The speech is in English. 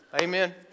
Amen